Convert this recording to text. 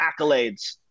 accolades